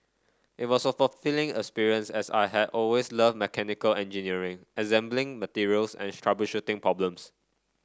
it was a fulfilling experience as I had always loved mechanical engineering assembling materials and troubleshooting problems